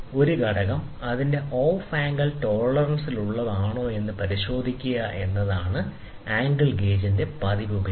ഒരു ഘടകം അതിന്റെ ഓഫ് ആംഗിൾ ടോളറൻസിനുള്ളിലാണോയെന്ന് പരിശോധിക്കുക എന്നതാണ് ആംഗിൾ ഗേജിന്റെ പതിവ് ഉപയോഗം